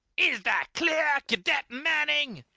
is that clear, cadet manning?